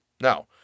Now